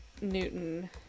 Newton